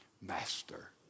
master